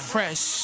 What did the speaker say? Fresh